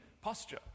posture